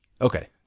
Okay